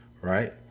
Right